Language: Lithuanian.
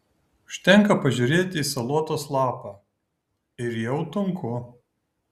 užtenka pažiūrėti į salotos lapą ir jau tunku